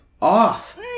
off